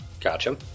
gotcha